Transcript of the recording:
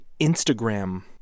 Instagram